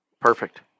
Perfect